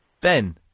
Ben